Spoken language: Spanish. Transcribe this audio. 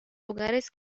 lugares